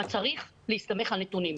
צריך להסתמך על נתונים.